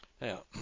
Now